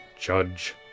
judge